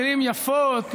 מילים יפות,